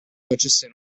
facesse